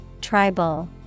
Tribal